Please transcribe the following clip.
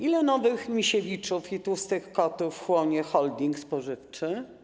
Ilu nowych Misiewiczów i ile tłustych kotów wchłonie holding spożywczy?